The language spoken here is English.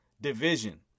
division